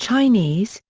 chinese,